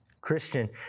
Christian